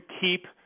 keep